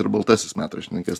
ir baltasis metraštininkas